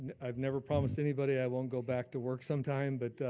and i've never promised anybody i won't go back to work some time but